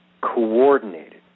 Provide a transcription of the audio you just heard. coordinated